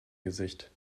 gesicht